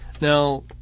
Now